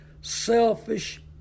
Selfish